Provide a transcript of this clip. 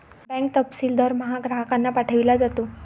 bank तपशील दरमहा ग्राहकांना पाठविला जातो